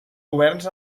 governs